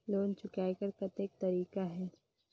Loan चुकाय कर कतेक तरीका है?